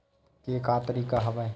के का तरीका हवय?